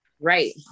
Right